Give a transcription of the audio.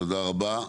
תודה רבה.